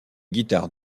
guitares